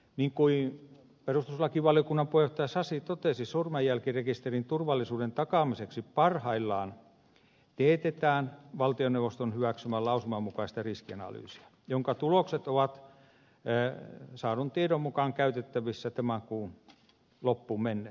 niin kuin perustuslakivaliokunnan puheenjohtaja sasi totesi sormenjälkirekisterin turvallisuuden takaamiseksi parhaillaan teetetään valtioneuvoston hyväksymän lausuman mukaista riskianalyysia jonka tulokset ovat saadun tiedon mukaan käytettävissä tämän kuun loppuun mennessä